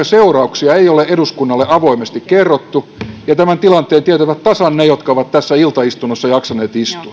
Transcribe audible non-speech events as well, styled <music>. <unintelligible> seurauksia ei ole eduskunnalle avoimesti kerrottu tämän tilanteen tietävät tasan ne jotka ovat tässä iltaistunnossa jaksaneet istua